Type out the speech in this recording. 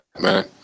man